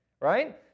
right